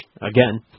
again